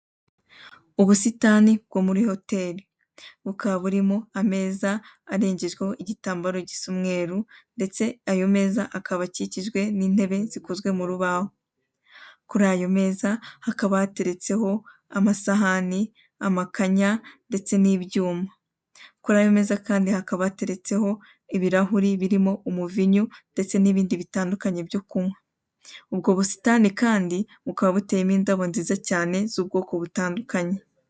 Ubusitani bwo muri hoteli. Bukaba burimo ameza arengejweho igitambaro gisa umweru ndetse ayo meza akaba akikijwe n'intebe zikozwe mu rubaho. Kuri ayo meza hakaba hateretseho amasahani, amakanya ndetse n'ibyuma. Kuri ayo meza kandi hakaba hateretseho ibirahuri birimo umuvinyu ndetse n'ibindi bitandukanye byo kunywa. Ubwo busitani kandi bukaba buteyemo indabo nziza cyane z'ubwoko butandukanye.